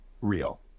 real